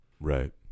Right